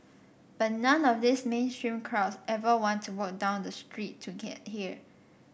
but none of those mainstream crowds ever want to walk down the street to get here